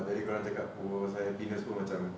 tadi korang cakap berbual pasal happiness pun macam